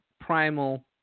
primal